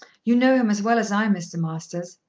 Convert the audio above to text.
you know him as well as i, mr. masters.